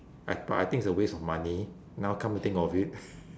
I but I think it's a waste of money now come to think of it